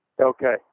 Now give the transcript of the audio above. Okay